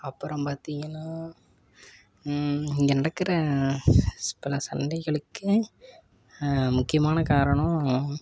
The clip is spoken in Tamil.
அப்புறம் பார்த்திங்கனா இங்கே நடக்கிற பல சண்டைகளுக்கு முக்கியமான காரணம்